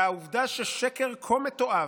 והעובדה ששקר כה מתועב,